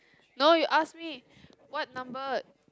no you ask me what number